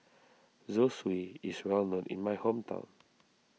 Zosui is well known in my hometown